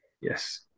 Yes